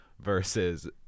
versus